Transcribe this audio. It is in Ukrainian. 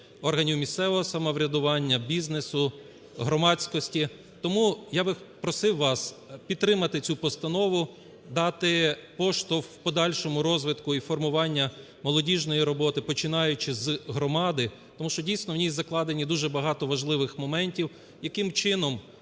органів місцевого самоврядування, бізнесу, громадськості. Тому я би просив вас підтримати цю постанову, дати поштовх в подальшому розвитку і формування молодіжної роботи, починаючи з громади, тому що дійсно в ній закладені дуже багато важливих моментів, яким чином